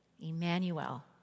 Emmanuel